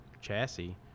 chassis